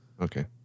Okay